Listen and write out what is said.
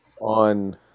On